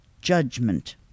judgment